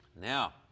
now